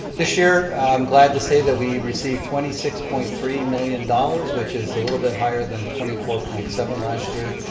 this year, i'm glad to say that we've received twenty six point three million dollars which is a little bit higher than twenty four point seven last year.